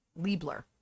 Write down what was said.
Liebler